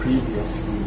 Previously